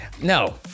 No